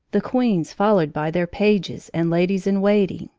the queens followed by their pages and ladies-in-waiting,